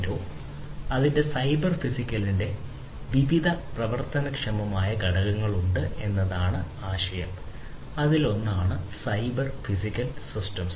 0 ന്റെ സൈബർ ഫിസിക്കലിന്റെ വിവിധ പ്രവർത്തനക്ഷമമായ ഘടകങ്ങളുണ്ട് എന്നതാണ് ആശയം അതിലൊന്നാണ് സൈബർ ഫിസിക്കൽ സിസ്റ്റംസ്